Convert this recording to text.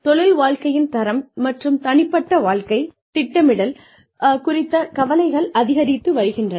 தொழில் வாழ்க்கையின் தரம் மற்றும் தனிப்பட்ட வாழ்க்கை திட்டமிடல் குறித்த கவலைகள் அதிகரித்து வருகின்றன